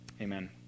Amen